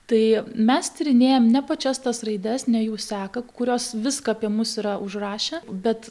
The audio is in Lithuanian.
tai mes tyrinėjam ne pačias tas raides ne jų seką kurios viską apie mus yra užrašę bet